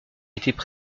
étaient